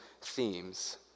themes